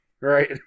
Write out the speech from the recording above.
Right